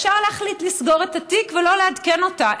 אפשר להחליט לסגור את התיק ולא לעדכן אותה,